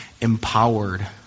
empowered